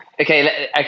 Okay